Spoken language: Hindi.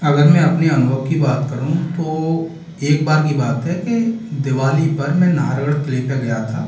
अगर मैं अपने अनुभव की बात करूँ तो एक बार की बात है के दिवाली पर मैं नारगढ़ किले पर गया था